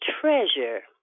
treasure